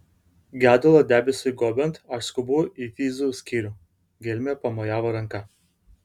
gedulo debesiui gobiant aš skubu į vizų skyrių gelmė pamojavo ranka